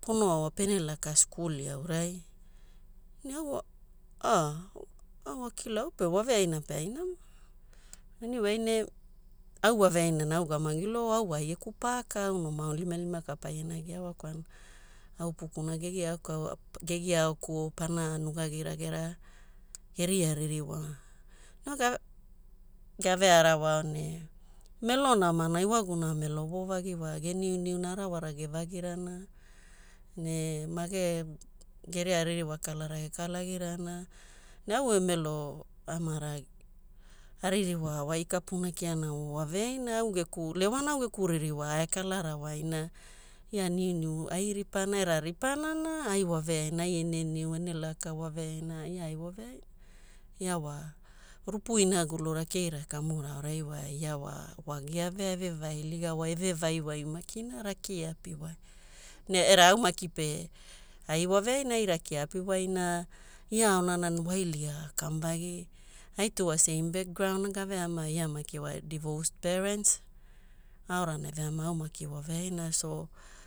pono aoa pene laka skuli aurai. Ne au a, au akilao au pe waveaina pe ai nama. Anyway ne, au waveaina ne augamagiole, o au wa ai geku paka au no ma aunilimalima ka paiana giaa wa kwalana au upukuna gegiaaokuo pana nugairagera geria ririwa ga na. Gavearawao ne melo namana, iwaguna melo voovagi geniuniuna, arawara gevagirana, ne mage geria ririwa kalara gekalagirana. Ne au emelo amara aririwa wai kapuna kiana wa waveaina. Au geku lewana au geku ririwa ae kalarawai na ia niuniu ai ripana, era ripana na ai waveaina, ai ene niu ne ene laka waveaina, ia ai waveaina. Ia wa rupu inagulura keira kamura aorai wa ia wa wagia vea, evevailigawai. Evevaiwai makina raki eapiwai ne era au maki pe ai waveaina ai raki aapiwai na ia aonana wailiga kamuvagi, ai two wa same background na gaveamaio, ia maki wa divorced parents aorana eveamaio au maki waveaina. So